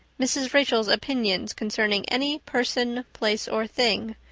mrs. rachel's opinions concerning any person, place, or thing,